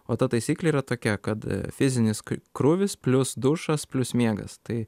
o ta taisyklė yra tokia kad fizinis krūvis plius dušas plius miegas tai